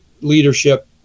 leadership